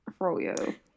froyo